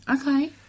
Okay